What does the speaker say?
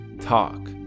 talk